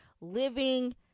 living